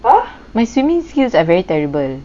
my swimming skills a very terrible